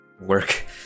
work